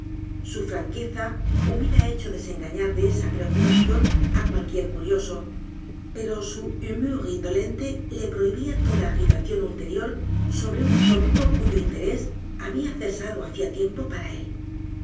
su franqueza hubiera hecho desengañar de esa preocupación á cualquier curioso pero su humour indolente le prohibía toda agitación ulterior sobre un tópico cuyo interés había cesado hacía tiempo para él